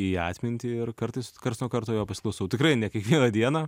į atmintį ir kartais karts nuo karto jo pasiklausau tikrai ne kiekvieną dieną